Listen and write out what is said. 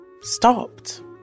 stopped